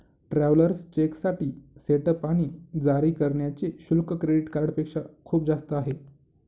travellers चेकसाठी setup आणि जारी करण्याचे शुल्क क्रेडिट कार्डपेक्षा खूप जास्त आहे